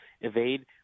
evade